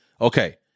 Okay